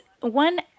one